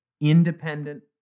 independent